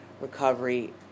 recovery